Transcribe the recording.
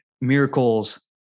miracles